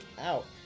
out